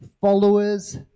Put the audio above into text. followers